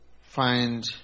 Find